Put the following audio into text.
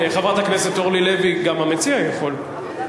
חברת הכנסת אורלי לוי, גם המציע יכול.